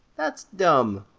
that's dumb.